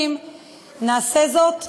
מילים מדהימות,